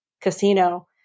casino